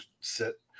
sit